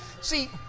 See